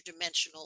interdimensional